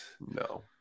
No